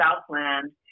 Southland